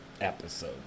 episode